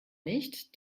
nicht